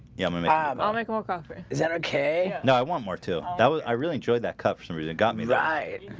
yeah my job. i'll make a whole conference is that okay? no, i want more too. that was. i really enjoyed that cup some reason got me right.